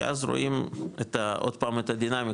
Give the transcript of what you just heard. כי אז רואים עוד פעם את הדינמיקה,